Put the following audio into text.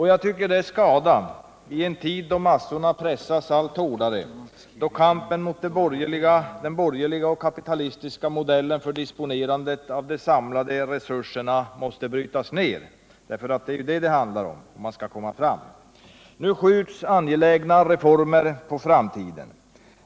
Jag tycker att det är skada i en tid då massorna pressas allt hårdare, då kampen mot den borgerliga och kapitalistiska modellen för disponerandet av de samlade resurserna måste brytas ner. Det är ju det som det handlar om, om man skall komma framåt. Nu skjuts angelägnare former på framtiden.